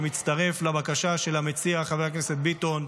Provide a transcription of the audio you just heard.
ומצטרף לבקשה של המציע חבר הכנסת ביטון,